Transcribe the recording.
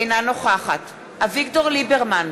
אינה נוכחת אביגדור ליברמן,